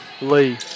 Lee